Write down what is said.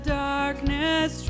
darkness